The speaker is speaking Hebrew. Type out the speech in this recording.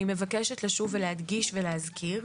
אני מבקשת לשוב ולהדגיש ולהזכיר,